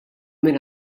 minn